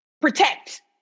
protect